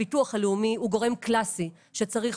הביטוח הלאומי הוא גורם קלאסי שצריך